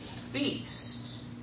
feast